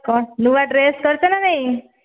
କ'ଣ ନୂଆ ଡ୍ରେସ୍ କରିଛ ନା ନାହିଁ